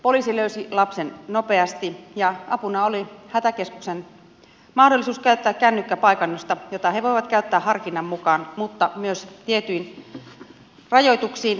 poliisi löysi lapsen nopeasti ja apuna oli hätäkeskuksen mahdollisuus käyttää kännykkäpaikannusta jota he voivat käyttää harkinnan mukaan mutta myös tietyin rajoituksin